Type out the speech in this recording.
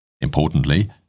Importantly